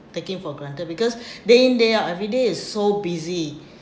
taking for granted because day in day out everyday is so busy